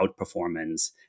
outperformance